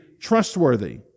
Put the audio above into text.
trustworthy